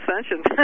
ascension